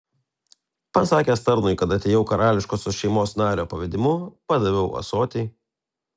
pasakęs tarnui kad atėjau karališkosios šeimos nario pavedimu padaviau ąsotį